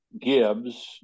gibbs